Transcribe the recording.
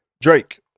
Drake